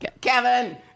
Kevin